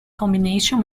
combination